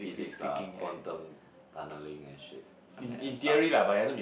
physics lah quantum tunneling and shit I mean and stuff